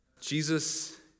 Jesus